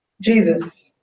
Jesus